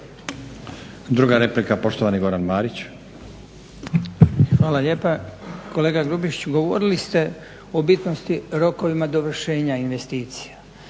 Druga replika, poštovani Goran Marić. **Marić, Goran (HDZ)** Hvala lijepa. Kolega Grubišić, govorili ste o bitnosti rokovima dovršenja investicija,